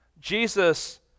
Jesus